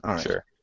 Sure